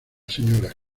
sra